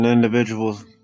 individuals